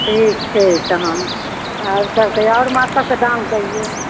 ठीक छै तहन आओरसब कहिऔ आओर माछसबके दाम कहिऔ